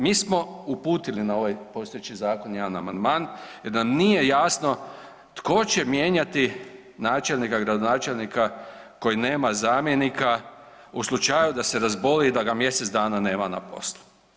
Mi smo uputili na ovaj postojeći zakon jedan amandman jer nam nije jasno tko će mijenjati načelnika, gradonačelnika koji nema zamjenika u slučaju da se razboli i da ga mjesec dana nema na poslu.